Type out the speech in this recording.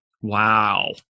Wow